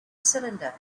cylinder